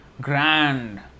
grand